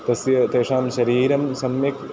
तस्य तेषां शरीरं सम्यक्